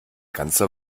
ganze